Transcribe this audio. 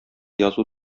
язу